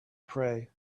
pray